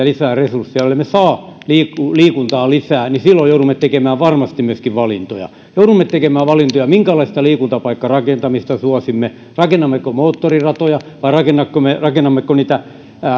lisää resursseja jollemme saa liikuntaa lisää niin silloin joudumme tekemään varmasti myöskin valintoja joudumme tekemään valintoja minkälaista liikuntapaikkarakentamista suosimme rakennammeko moottoriratoja vai rakennammeko niitä